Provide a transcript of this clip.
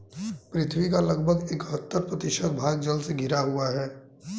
पृथ्वी का लगभग इकहत्तर प्रतिशत भाग जल से घिरा हुआ है